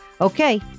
Okay